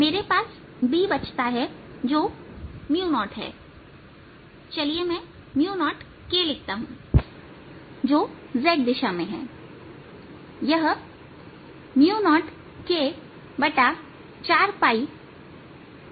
मेरे पास B बचता हैजो 0है चलिए मैं 0kलिखता हूं जो z दिशा में है